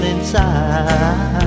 Inside